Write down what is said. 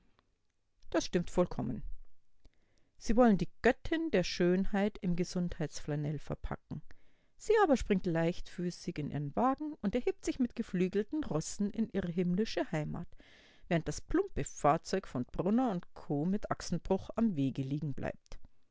das stimmt vollkommen sie wollen die göttin der schönheit in gesundheitsflanell verpacken sie aber springt leichtfüßig in ihren wagen und erhebt sich mit geflügelten rossen in ihre himmlische heimat während das plumpe fahrzeug von brunner co mit achsenbruch am wege liegen bleibt